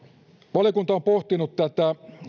valiokunta on pohtinut tätä